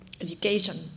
education